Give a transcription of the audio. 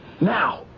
Now